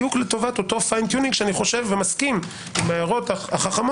בדיוק לטובת אותו פיין טיונינג שאני מסכים עם ההערות החכות